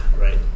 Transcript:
Right